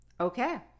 Okay